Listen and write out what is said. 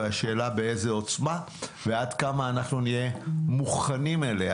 והשאלה באיזה עוצמה ועד כמה אנחנו נהיה מוכנים אליה,